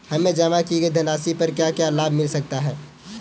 हमें जमा की गई धनराशि पर क्या क्या लाभ मिल सकता है?